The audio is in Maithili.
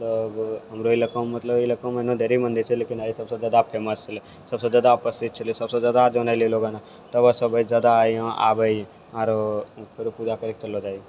मतलब हमरो इलाकामे मतलब ई लएके ढ़ेरी मन्दिर छै लेकिन ई सबसँ जादा फेमस छै सबसँ जादा प्रसिद्ध छलै सबसँ जादा जानै लोग एने तबे सबे जादा आबै यहाँ आरो फेरो पूजा करिके चलो जाइ हँ